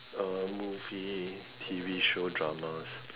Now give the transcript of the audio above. uh movie T_V show Dramas